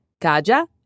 Kaja